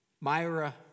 Myra